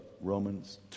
romans